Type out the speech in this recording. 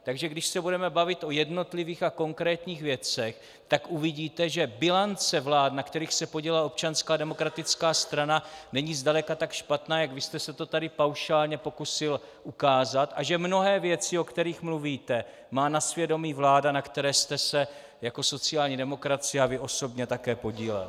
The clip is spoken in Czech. Takže když se budeme bavit o jednotlivých a konkrétních věcech, tak uvidíte, že bilance vlád, na kterých se podílela Občanská demokratická strana, není zdaleka tak špatná, jak vy jste se to tady paušálně pokusil ukázat, a že mnohé věci, o kterých mluvíte, má na svědomí vláda, na které jste se jako sociální demokracie a vy osobně také podílel.